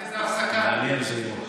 איזה הפסקה, אדוני היושב-ראש.